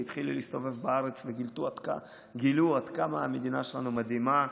התחילו להסתובב בארץ וגילו עד כמה המדינה שלנו מדהימה.